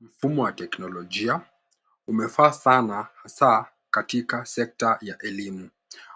Mfumo wa teknolojia, umevaa sana hasa katika sekta ya elimu.